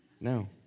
no